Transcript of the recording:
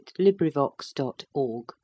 LibriVox.org